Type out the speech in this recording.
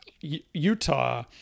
Utah